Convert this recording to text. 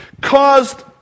caused